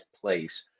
place